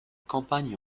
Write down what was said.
campagne